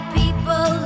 people